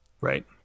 Right